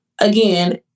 Again